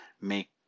make